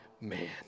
man